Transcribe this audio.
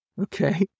Okay